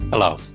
Hello